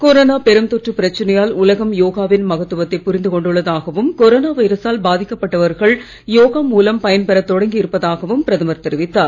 corona பெரும் தொற்று பிரச்சனையால் உலகம் யோகாவின் மகத்துவத்தை புரிந்து கொண்டுள்ளதாகவும் கொரோனா வைரசால் பாதிக்கப் பட்டவர்கள் யோகா மூலம் பயன் பெற தொடங்கி இருப்பதாகவும் பிரதமர் தெரிவித்தார்